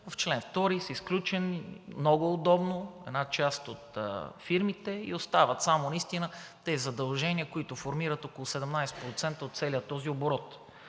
в чл. 2 са изключени, много удобно, една част от фирмите и остават само наистина тези задължения, които формират около 17% от целия този оборот.